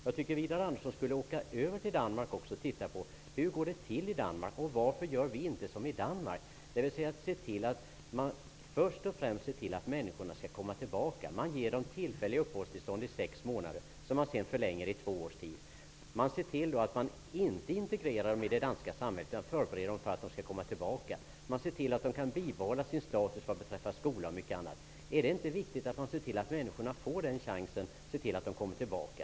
Jag tycker att Widar Andersson skulle åka över till Danmark och titta på hur det går till. Varför gör vi inte som i Danmark? Där ser man först och främst till att människor skall komma tillbaka. Man ger dem tillfälligt uppehållstillstånd i sex månader, som man sedan förlänger i två års tid. Man ser till att inte integrera dem i det danska samhället utan man förbereder dem för att de skall komma tillbaka. Man ser till att de kan bibehålla sin status vad beträffar skola och mycket annat. Är det inte viktigt att man ser till att människorna får den chansen, att de kommer tillbaka?